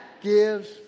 gives